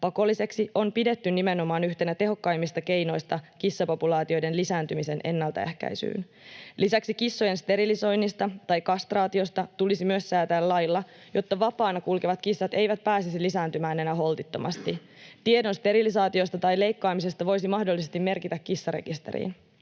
pakolliseksi on pidetty nimenomaan yhtenä tehokkaimmista keinoista kissapopulaatioiden lisääntymisen ennaltaehkäisyyn. Lisäksi kissojen sterilisoinnista tai kastraatiosta tulisi myös säätää lailla, jotta vapaana kulkevat kissat eivät pääsisi lisääntymään enää holtittomasti. Tiedon sterilisaatiosta tai leikkaamisesta voisi mahdollisesti merkitä kissarekisteriin.